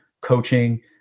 coaching